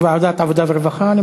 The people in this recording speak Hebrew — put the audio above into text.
ועדת עבודה ורווחה?